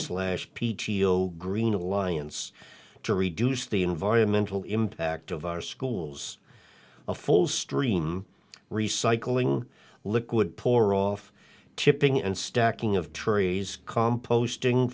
slash p t o green alliance to reduce the environmental impact of our schools a full stream recycling liquid poor off chipping and stacking of trees composting